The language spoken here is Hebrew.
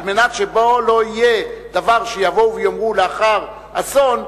על מנת שלא יהיה דבר שיבואו ויאמרו לאחר אסון: